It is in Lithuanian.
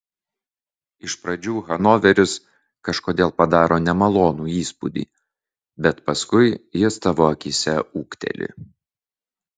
iš pradžių hanoveris kažkodėl padaro nemalonų įspūdį bet paskui jis tavo akyse ūgteli